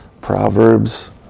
Proverbs